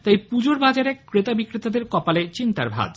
তাই পুজোর বাজারের ক্রেতা বিক্রেতাদের কপালে চিন্তার ভাঁজ